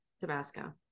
tabasco